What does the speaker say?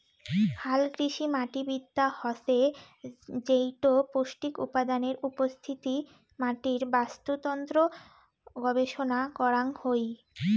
হালকৃষিমাটিবিদ্যা হসে যেইটো পৌষ্টিক উপাদানের উপস্থিতি, মাটির বাস্তুতন্ত্র গবেষণা করাং হই